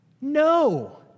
No